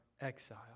exile